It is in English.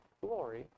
glory